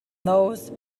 those